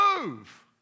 move